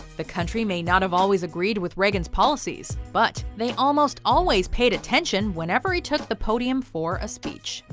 the country may not have always agreed with reagan's policies, but they almost always paid attention whenever he took the podium for a speech.